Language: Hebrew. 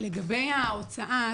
לגבי ההוצאה,